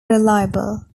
reliable